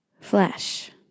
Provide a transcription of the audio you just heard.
flesh